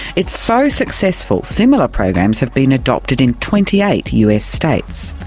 it's so successful, similar programs have been adopted in twenty eight us states.